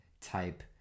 type